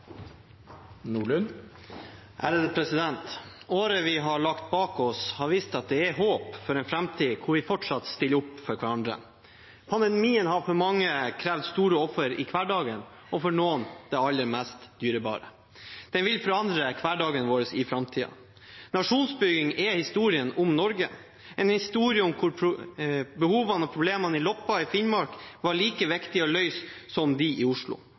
håp for en framtid hvor vi fortsatt stiller opp for hverandre. Pandemien har for mange krevd store offer i hverdagen, og for noen det aller mest dyrebare. Den vil forandre hverdagen vår i framtiden. Nasjonsbygging er historien om Norge, en historie hvor behovene og problemene i Loppa i Finnmark var like viktige å løse som dem i Oslo,